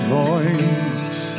voice